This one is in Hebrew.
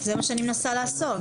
זה מה שאני מנסה לעשות.